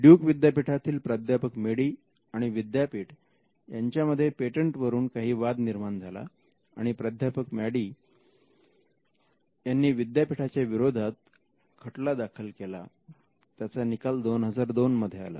duke विद्यापीठातील प्राध्यापक Madey आणि विद्यापीठ यांच्यामध्ये पेटंट वरून काही वाद निर्माण झाला आणि प्राध्यापक मॅडी यांनी विद्यापीठाच्या विरोधात खटला दाखल केला त्याचा निकाल 2002 मध्ये आला